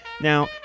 Now